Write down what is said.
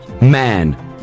man